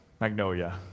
Magnolia